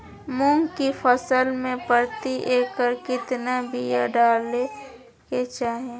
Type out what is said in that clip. मूंग की फसल में प्रति एकड़ कितना बिया डाले के चाही?